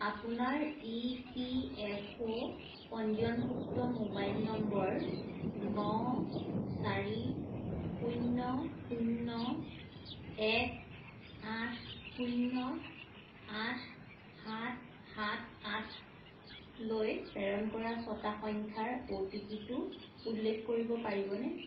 আপোনাৰ E P F O পঞ্জীয়নভুক্ত mobile নম্বৰ ন চাৰি শূন্য শূন্য এক আঠ শূন্য আঠ সাত সাত আঠ লৈ প্ৰেৰণ কৰা ছটা সংখ্যাৰ অ'টিপিটো উল্লেখ কৰিব পাৰিবনে